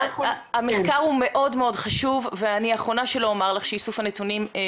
המחקר הוא מאוד מאוד חשוב ואני האחרונה שאומר שאיסוף הנתונים זה